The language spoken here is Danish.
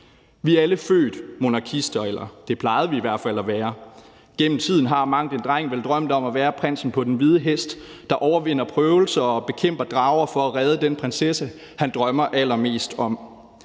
Vi er alle født monarkister – eller det plejede vi i hvert fald at være. Gennem tiden har mangen en dreng vel drømt om at være prinsen på den hvide hest, der overvinder prøvelser og bekæmper drager for at redde den prinsesse, han drømmer allermest om.